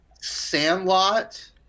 sandlot